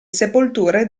sepolture